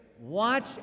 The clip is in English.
Watch